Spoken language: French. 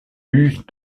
use